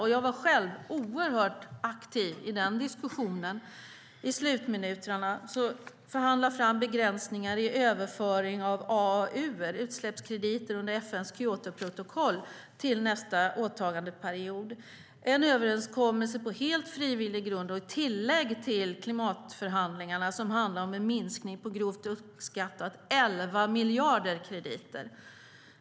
Jag var själv mycket aktiv i de diskussionerna. I slutminuterna lyckades man förhandla fram begränsningar i överföringen av AAU:er, alltså utsläppskrediter under FN:s Kyotoprotokoll, till nästa åtagandeperiod. Det är en överenskommelse på helt frivillig grund och ett tillägg till klimatförhandlingarna som handlar om en minskning med grovt uppskattat elva miljarder krediter.